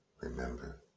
Remember